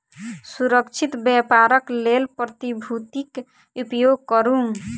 सुरक्षित व्यापारक लेल प्रतिभूतिक उपयोग करू